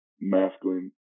masculine